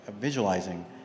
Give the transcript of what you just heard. visualizing